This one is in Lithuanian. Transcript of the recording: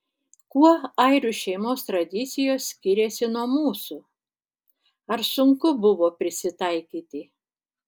kuo airių šeimos tradicijos skiriasi nuo mūsų ar sunku buvo prisitaikyti